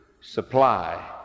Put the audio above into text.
supply